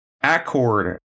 Accord